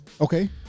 Okay